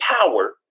power